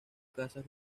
casas